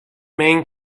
main